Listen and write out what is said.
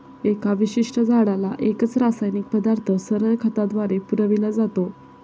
एका विशिष्ट झाडाला एकच रासायनिक पदार्थ सरळ खताद्वारे पुरविला जातो